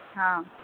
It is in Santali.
ᱦᱮᱸ